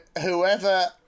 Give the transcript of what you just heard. whoever